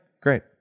great